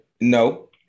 No